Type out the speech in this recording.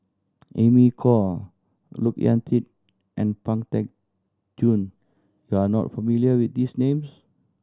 Amy Khor Look Yan Kit and Pang Teck Joon you are not familiar with these names